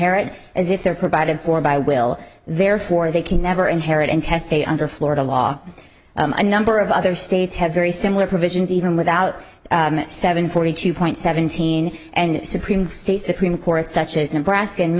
herit as if they're provided for by will therefore they can never inherit intestate under florida law a number of other states have very similar provisions even without seven forty two point seven seen and supreme state supreme court such as nebraska